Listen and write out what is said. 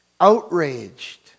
outraged